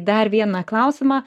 dar vieną klausimą